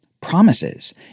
Promises